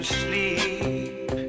sleep